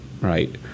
right